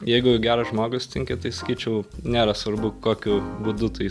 jeigu gerą žmogų sutinki tai sakyčiau nėra svarbu kokiu būdu tai